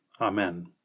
Amen